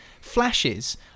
flashes